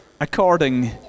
according